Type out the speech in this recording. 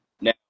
now